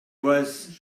was